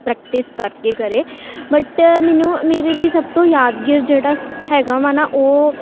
practice ਕਰਕੇ ਘਰੇ but ਮੈਨੂੰ ਮੇਰੇ ਲਈ ਸਭ ਤੋਂ ਯਾਦਗਾਰ ਜਿਹੜਾ ਹੈਗਾ ਵਾ ਨਾ ਉਹ